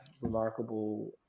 remarkable